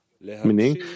meaning